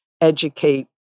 educate